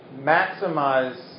maximize